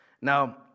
Now